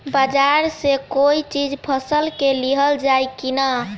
बाजार से कोई चीज फसल के लिहल जाई किना?